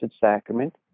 Sacrament